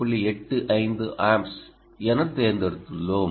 85 amps என தேர்ந்தெடுத்துள்ளோம்